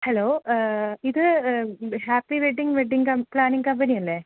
hello ഇത് happy wedding wedding ക planning company അല്ലേ